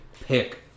pick